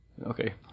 Okay